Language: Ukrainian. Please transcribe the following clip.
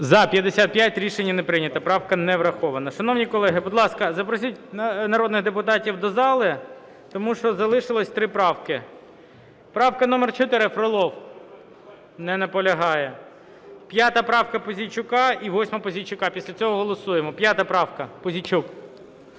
Рішення не прийнято. Правка не врахована. Шановні колеги, будь ласка, запросіть народних депутатів до зали, тому що залишилося три правки. Правка номер 4, Фролов. Не наполягає. 5-а правка Пузійчука і 8-а Пузійчука, після цього голосуємо. 5 правка, Пузійчук.